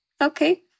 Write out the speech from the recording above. Okay